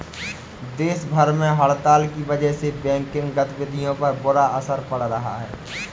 देश भर में हड़ताल की वजह से बैंकिंग गतिविधियों पर बुरा असर पड़ा है